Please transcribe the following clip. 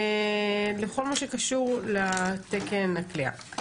לכל מה שקשור לתקן הכליאה.